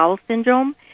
syndrome